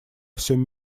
всем